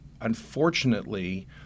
unfortunately